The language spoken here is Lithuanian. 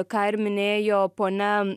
ką ir minėjo ponia